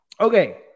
okay